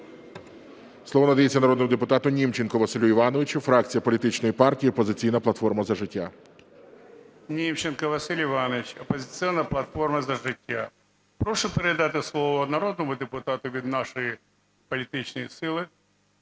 Слово надається народному депутату Німченку Василю Івановичу, фракція політичної партії "Опозиційна платформа - За життя". 10:32:02 НІМЧЕНКО В.І. Німченко Василь Іванович, "Опозиційна платформа - За життя". Прошу передати слово народному депутату від нашої політичної сили